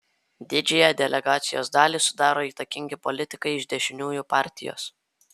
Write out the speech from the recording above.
didžiąją delegacijos dalį sudaro įtakingi politikai iš dešiniųjų partijos